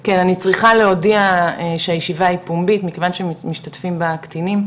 כן אני צריכה להודיע שישיבה היא פומבית מכיוון שמשתתפים בה קטינים,